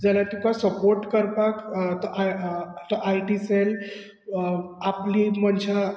जाल्यार तुका सपोर्ट करपाक तो आ आयटी सॅल आपलीं मनशां